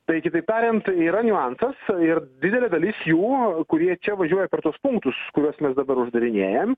tai kitaip tariant yra niuansas ir didelė dalis jų kurie čia važiuoja per tuos punktus kuriuos mes dabar uždarinėjam